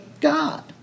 God